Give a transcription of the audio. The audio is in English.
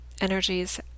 energies